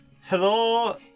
Hello